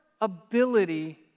ability